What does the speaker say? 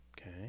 Okay